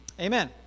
Amen